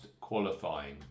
qualifying